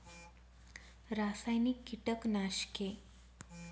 रासायनिक कीटनाशके भारतात आल्यानंतर शेतीत मोठा भाग भजवीत आहे